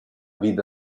vida